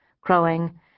crowing